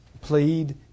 plead